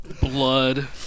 Blood